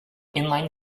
inline